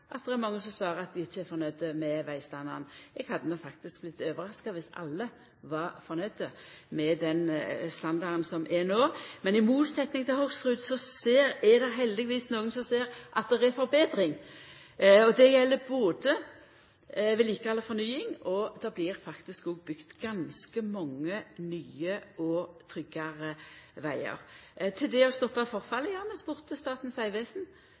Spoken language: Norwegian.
at det er mange som svarer at dei ikkje er fornøgde med vegstandarden. Eg hadde nok faktisk vorte overraska dersom alle var fornøgde med den standarden som er no. Men i motsetning til Hoksrud er det heldigvis ein del som ser at det er forbetring. Det gjeld både vedlikehald og fornying, og det blir faktisk òg bygd ganske mange nye og tryggare vegar. Når det gjeld det å stoppa forfallet,